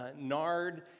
nard